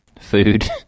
Food